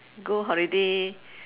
go holiday